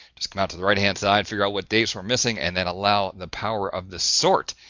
just come out to the right hand side, figure out what dates are missing and then allow the power of the sort,